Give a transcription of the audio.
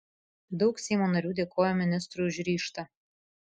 daug seimo narių dėkojo ministrui už ryžtą